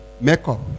makeup